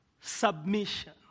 submission